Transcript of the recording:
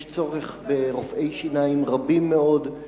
יש צורך ברופאי שיניים רבים מאוד,